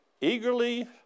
eagerly